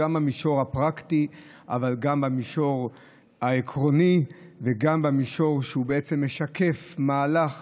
גם במישור הפרקטי אבל גם במישור העקרוני וגם במישור שהוא משקף מהלך